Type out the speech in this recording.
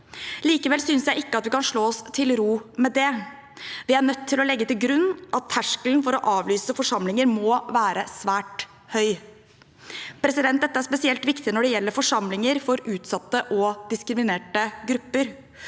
Likevel synes jeg ikke at vi kan slå oss til ro med det. Vi er nødt til å legge til grunn at terskelen for å avlyse forsamlinger må være svært høy. Dette er spesielt viktig når det gjelder forsamlinger for utsatte og diskriminerte grupper.